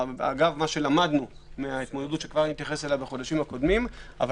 מההתמודדות בחודשים הקודמים למדנו,